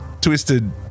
twisted